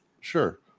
Sure